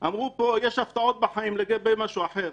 אמרו פה שיש הפתעות בחיים לגבי משהו אחר.